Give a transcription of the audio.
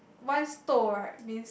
once store right means